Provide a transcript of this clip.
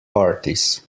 parties